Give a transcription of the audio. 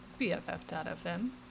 BFF.FM